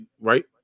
right